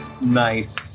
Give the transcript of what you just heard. Nice